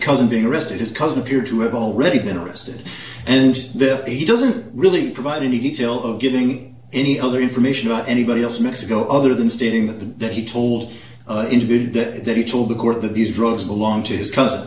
cousin being arrested his cousin appeared to have already been arrested and then he doesn't really provide any detail of getting any other information about anybody else mexico other than stating that the that he told him to do that that he told the court that these drugs belonged to his cousin